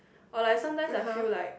or like sometimes I feel like